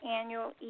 annual